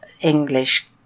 English